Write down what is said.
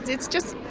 it's just,